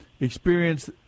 experience